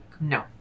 No